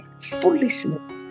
foolishness